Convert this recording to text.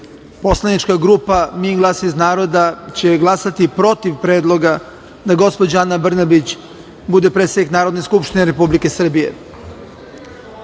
poslanici. Poslanička grupa „Mi glas iz naroda“ će glasati protiv predloga da gospođa Ana Brnabić bude predsednik Narodne skupštine Republike Srbije. Ovde